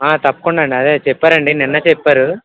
తప్పకుండా అండి అదే చెప్పారండి నిన్నే చెప్పారు